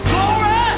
Glory